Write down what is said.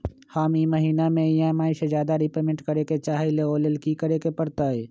हम ई महिना में ई.एम.आई से ज्यादा रीपेमेंट करे के चाहईले ओ लेल की करे के परतई?